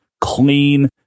clean